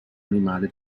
animale